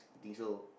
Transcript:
think so